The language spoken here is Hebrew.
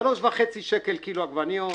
3.5 שקל לקילו עגבניות.